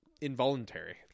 involuntary